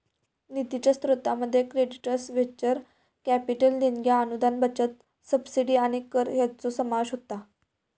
निधीच्या स्रोतांमध्ये credits, venture capital देणग्या, अनुदान, बचत, सबसिडी आणि कर हयांचो समावेश होता